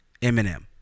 Eminem